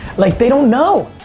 like they don't know.